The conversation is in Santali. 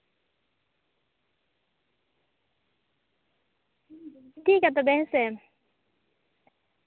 ᱴᱷᱤᱠ ᱜᱮᱭᱟ ᱛᱚᱵᱮ ᱦᱮᱸᱥᱮ